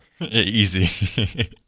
Easy